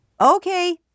Okay